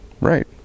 Right